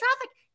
traffic